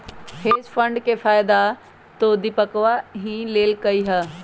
hedge fund के फायदा तो दीपकवा ही लेल कई है